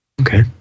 Okay